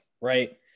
Right